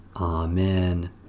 Amen